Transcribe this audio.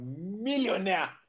millionaire